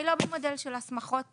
היא לא במודל של הסמכות